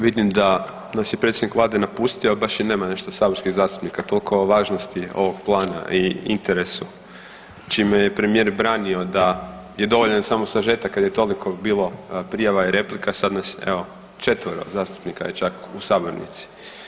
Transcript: Vidim da nas je predsjednik Vlade napustio, a baš i nema nešto saborskih zastupnika, toliko o važnosti ovog plana i interesu čime je premijer branio da je dovoljan samo sažetak kad je toliko bilo prijava i replika, sad nas je evo četvero zastupnika je čak u sabornici.